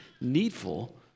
needful